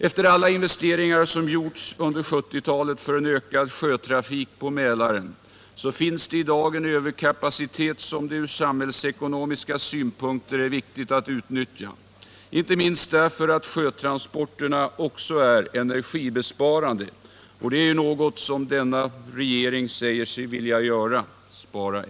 Efter alla investeringar som gjorts under 1970-talet för en ökad sjötrafik på Mälaren finns det i dag en överkapacitet, som det från samhällsekonomiska synpunkter är viktigt att utnyttja, inte minst därför att sjötransporterna också är energibesparande. Och spara energi är ju någonting som denna regering säger sig vilja göra.